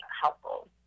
helpful